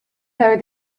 though